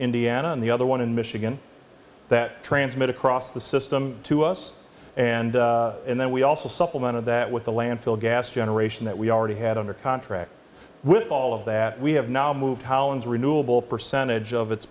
indiana and the other one in michigan that transmit across the system to us and then we also supplement of that with the landfill gas generation that we already had under contract with all of that we have now moved collins renewable percentage of its